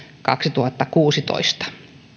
kaksituhattakuusitoista